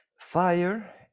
Fire